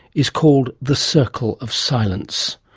is called the circle of silence.